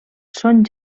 són